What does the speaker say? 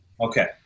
Okay